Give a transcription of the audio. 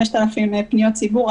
5,000 פניות ציבור.